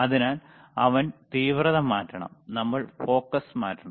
അതിനാൽ അവൻ തീവ്രത മാറ്റണം നമ്മൾ ഫോക്കസ് മാറ്റണം